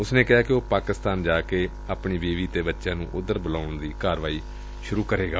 ਉਸ ਨੇ ਕਿਹਾ ਕਿ ਉਹ ਪਾਕਿਸਤਾਨ ਜਾ ਕੇ ਆਪਣੀ ਬੀਵੀ ਅਤੇ ਬੱਚਿਆਂ ਨੂੰ ਉਧਰ ਬੁਲਾਉਣ ਦੀ ਕਾਰਵਾਈ ਸੁਰੂ ਕਰੇਗਾ